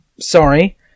Sorry